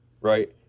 right